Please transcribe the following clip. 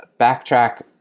Backtrack